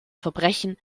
verbrechen